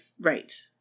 Right